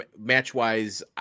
Match-wise